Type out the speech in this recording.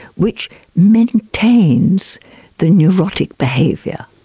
which maintains the neurotic behaviour,